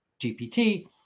GPT